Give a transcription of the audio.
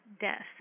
death